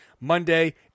Monday